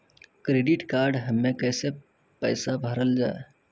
Credit card हम्मे कैसे पैसा भरल जाए?